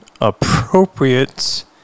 appropriate